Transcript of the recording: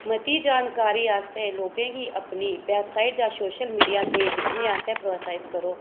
मती जानकारी आस्तै लोकें गी अपनी वैबसाइट जां सोशल मीडिया पेज दिक्खने आस्तै प्रोत्साहत करो